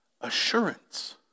Assurance